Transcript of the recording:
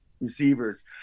receivers